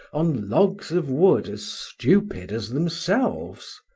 on logs of wood as stupid as themselves.